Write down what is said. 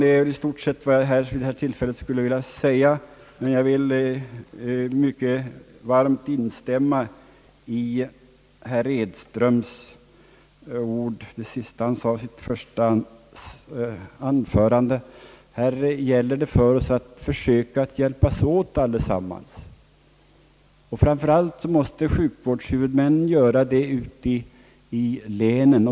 Detta var i stort sett vad jag vid detta tillfälle ville säga. Därutöver vill jag mycket varmt instämma i det sista, som herr Edström sade i sitt första anförande, att det här gäller för oss att försöka hjälpas åt. Framför allt måste sjukvårdshuvudmännen göra det ute i länen.